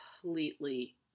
completely